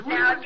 Now